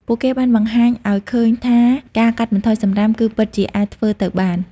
ពួកគេបានបង្ហាញឱ្យឃើញថាការកាត់បន្ថយសំរាមគឺពិតជាអាចធ្វើទៅបាន។